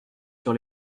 sur